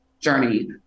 journey